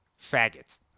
Faggots